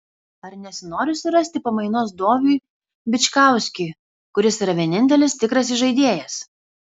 ar nesinori surasti pamainos doviui bičkauskiui kuris yra vienintelis tikras įžaidėjas